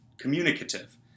communicative